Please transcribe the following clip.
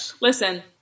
Listen